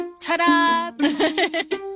Ta-da